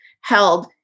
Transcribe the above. held